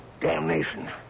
damnation